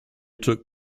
took